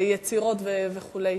ליצירות וכו'.